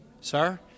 Sir